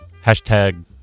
Hashtag